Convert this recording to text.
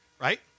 right